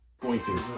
pointing